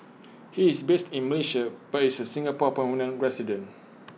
he is based in Malaysia but is A Singapore permanent resident